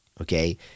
okay